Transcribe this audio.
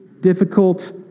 difficult